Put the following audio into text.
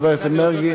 חבר הכנסת מרגי.